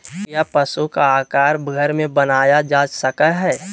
क्या पशु का आहार घर में बनाया जा सकय हैय?